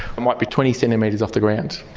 might be twenty centimetres off the ground.